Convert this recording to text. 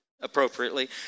appropriately